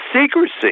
secrecy